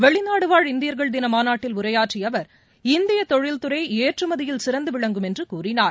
வெளிநாடுவாழ் இந்தியர்கள் தினமாநாட்டில் உரையாற்றியஅவர் இந்தியதொழில்துறைஏற்றுமதியில் சிறந்துவிளங்கும் என்றுகூறினார்